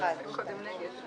למה קודם נגד?